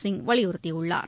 சிங் வலியுறுத்தியுள்ளார்